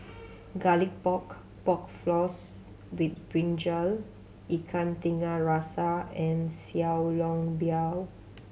Garlic Pork Pork Floss with brinjal Ikan Tiga Rasa and Xiao Long Bao